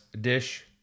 dish